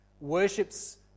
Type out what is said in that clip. worships